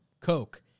Coke